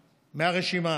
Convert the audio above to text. מהרשימה.